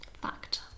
Fact